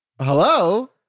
Hello